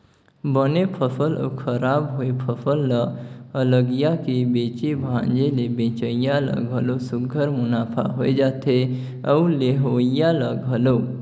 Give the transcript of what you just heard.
बने फसल अउ खराब होए फसल ल अलगिया के बेचे भांजे ले बेंचइया ल घलो सुग्घर मुनाफा होए जाथे अउ लेहोइया ल घलो